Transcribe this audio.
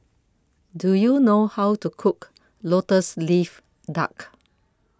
Do YOU know How to Cook Lotus Leaf Duck